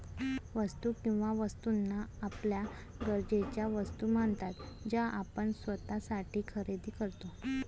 वस्तू किंवा वस्तूंना आपल्या गरजेच्या वस्तू म्हणतात ज्या आपण स्वतःसाठी खरेदी करतो